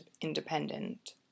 independent